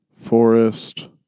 Forest